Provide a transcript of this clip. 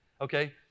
Okay